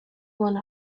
one